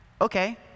Okay